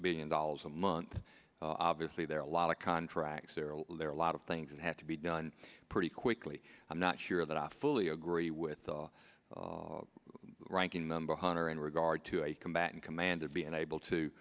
billion dollars a month obviously there are a lot of contracts there are there are a lot of things that have to be done pretty quickly i'm not sure that i fully agree with the ranking member hunter in regard to a combatant commander being able to